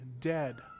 dead